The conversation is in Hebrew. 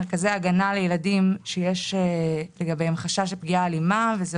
מרכזי הגנה לילדים שיש לגביהם חשש לפגיעה אלימה וזו